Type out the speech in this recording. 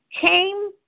Came